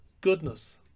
Goodness